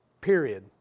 period